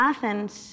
Athens